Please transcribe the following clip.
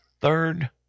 third